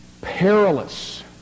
perilous